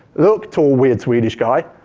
look tall weird swedish guy,